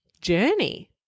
journey